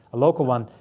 a local one,